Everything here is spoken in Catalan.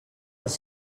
als